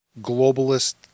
globalist